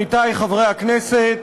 עמיתי חברי הכנסת,